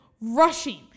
rushing